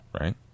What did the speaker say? right